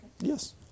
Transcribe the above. Yes